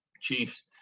Chiefs